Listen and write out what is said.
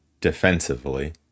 defensively